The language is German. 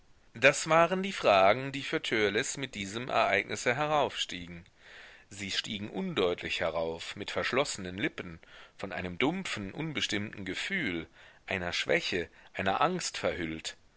das waren die fragen die für törleß mit diesem ereignisse heraufstiegen sie stiegen undeutlich herauf mit verschlossenen lippen von einem dumpfen unbestimmten gefühl einer schwäche einer angst verhüllt